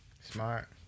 Smart